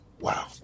Wow